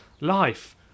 life